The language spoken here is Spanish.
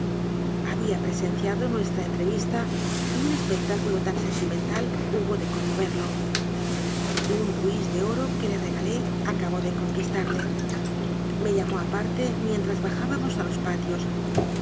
había presenciado nuestra entrevista y un espectáculo tan sentimen tal hubo de conmoverlo un luis de oro que le re galé acabó de conquistarle me llamó aparte mien tras bajábamos a los patios